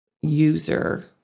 user